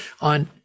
on